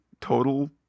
total